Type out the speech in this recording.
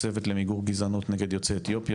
צוות למיגור גזענות נגד יוצאי אתיופיה,